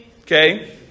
okay